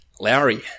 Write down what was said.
Lowry